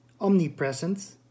omnipresent